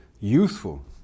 useful